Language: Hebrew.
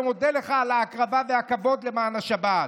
ומודה לך על ההקרבה והכבוד למען השבת,